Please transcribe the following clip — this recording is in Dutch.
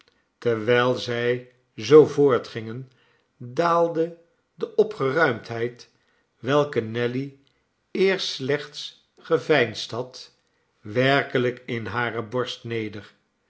terwijl zij zoo voortgingen daalde de opgeruimdheid welke nelly eerst slechts geveinsd had werkelijk in hare borst neder